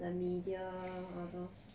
the media all those